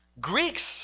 Greeks